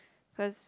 cause